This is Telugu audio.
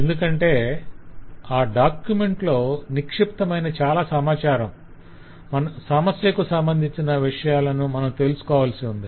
ఎందుకంటే ఆ డాక్యుమెంట్ లో నిక్షిప్తమైన చాలా సమాచారం సమస్యకు సంబంధించిన విషయాలను మనం తెలుసుకోవాల్సి ఉంది